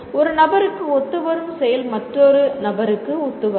ஒரு நபருக்கு ஒத்து வரும் செயல் மற்றொரு நபருக்கு ஒத்து வராது